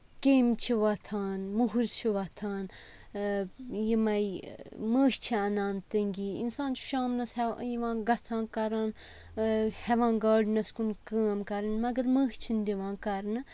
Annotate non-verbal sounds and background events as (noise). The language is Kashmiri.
کیٚمۍ چھِ وۄتھان مُہٕرۍ چھِ وۄتھان یِمَے مٔہۍ چھِ اَنان تٔنٛگی اِنسان چھُ شامنَس (unintelligible) یِوان گژھان کَران ہٮ۪وان گاڈنَس کُن کٲم کَرٕنۍ مگر مٔہۍ چھِنہٕ دِوان کَرنہٕ